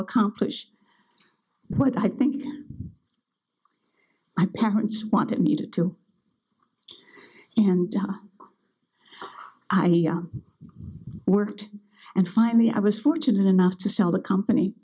accomplish what i think my parents wanted me to do and i worked and finally i was fortunate enough to sell the company